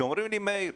שאומרים לי: מאיר,